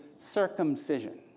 circumcision